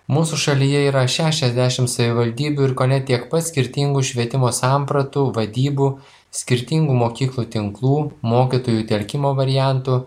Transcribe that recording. mūsų šalyje yra šešiasdešim savivaldybių ir kone tiek pat skirtingų švietimo sampratų vadybų skirtingų mokyklų tinklų mokytojų telkimo variantų